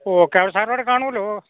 okay സാറവിടെ കാണുമല്ലോ